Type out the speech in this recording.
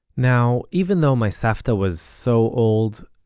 now, even though my savta was so old,